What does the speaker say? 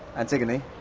antigone